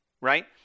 right